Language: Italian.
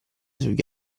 sugli